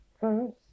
first